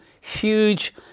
huge